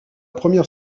première